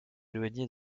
éloignées